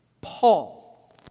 Paul